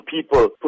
people